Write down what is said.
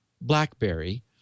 BlackBerry